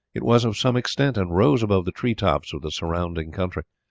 it was of some extent, and rose above the tree-tops of the surrounding country.